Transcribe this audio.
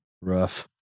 rough